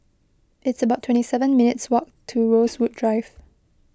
it's about twenty seven minutes' walk to Rosewood Drive